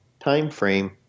timeframe